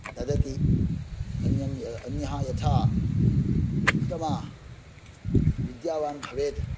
ददति अन्याः यथा उत्तमा विद्यावान् भवेत्